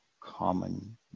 common